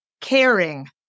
caring